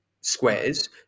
squares